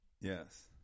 Yes